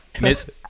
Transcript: miss